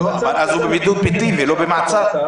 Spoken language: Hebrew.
אבל אז הוא בבידוד ביתי ולא במעצר,